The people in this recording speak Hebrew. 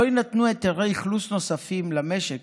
לא יינתנו היתרי אכלוס נוספים למשק,